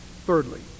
Thirdly